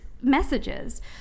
messages